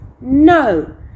No